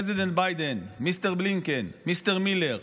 Biden, Mr. Blinken, Mr. Miller,